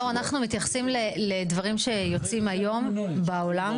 נאור, אנחנו ממתייחסים לדברים שיוצאים היום בעולם.